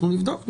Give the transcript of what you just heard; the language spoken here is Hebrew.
אנחנו נבדוק.